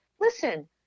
listen